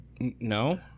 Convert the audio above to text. no